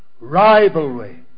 Rivalry